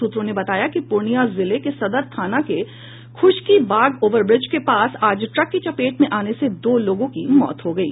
सूत्रों ने बताया कि पूर्णिया जिले के सदर थाना के ख़ुश्कीबाग ओवरब्रिज के पास आज ट्रक की चपेट में आने से दो लोगों की मौत हो गयी